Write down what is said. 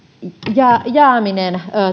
jääminen